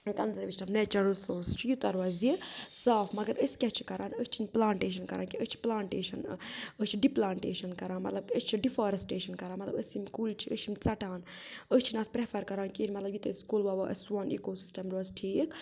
conservation of natural resources چھِ یوٗتاہ روزِ یہِ صاف مگر أسۍ کیٛاہ چھِ کَرن أسۍ چھِنہٕ پُلانٹیشَن کَران کیٚنٛہہ أسۍ چھِ پُلانٹیشَن أسۍ چھِ ڈِ پُلانٹیشَن کَران مطلب أسۍ چھِ ڈِفارٮسٹیشَن کَران مطلب أسۍ یِم کُلۍ چھِ أسۍ چھِ یِم ژَٹان أسۍ چھِ اَتھ پریفَر کَران کیٚنٛہہ مطلب یوٗتاہ أسۍ کُل ووَو سون اِکیٖو سِسٹَم روزِ ٹھیٖک